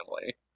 family